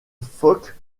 phoques